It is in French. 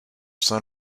saint